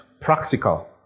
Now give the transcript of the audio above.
practical